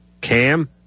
Cam